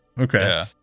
okay